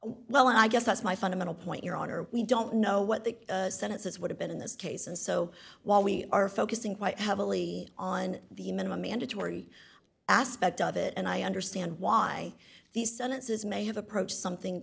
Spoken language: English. well i guess that's my fundamental point your honor we don't know what the sentences would have been in this case and so while we are focusing quite heavily on the minimum mandatory aspect of it and i understand why these sentences may have approached something